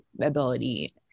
ability